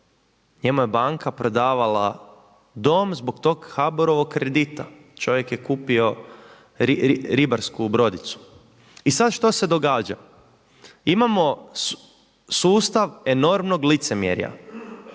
njemu je banka prodavala dom zbog tog HBOR-ovog kredita. Čovjek je kupio ribarsku brodicu. I sad što se događa, imamo sustav enormnog licemjerja,